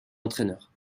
entraîneur